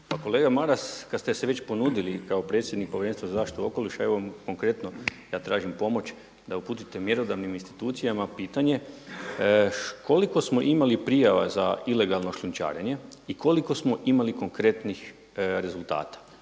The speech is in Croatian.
kolega Maras, kad ste se već ponudili kao predsjednik Povjerenstva za zaštitu okoliša, evo konkretno ja tražim pomoć da uputite mjerodavnim institucijama pitanje koliko smo imali prijava za ilegalno šljunčarenje i koliko smo imali konkretnih rezultata,